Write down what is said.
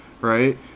right